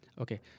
Okay